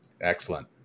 Excellent